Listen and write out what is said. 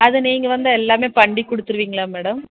அதை நீங்கள் வந்து எல்லாமே பண்ணி கொடுத்துருவீங்களா மேடம்